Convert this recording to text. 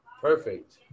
Perfect